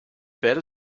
better